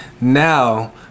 Now